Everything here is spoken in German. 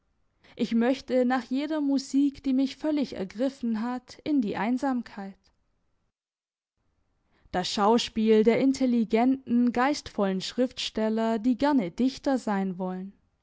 ich möchte nach jeder musik die mich völlig ergriffen hat in die einsamkeit das schauspiel der intelligenten geistvollen schriftsteller die gerne dichter sein wollen